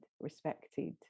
respected